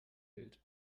bild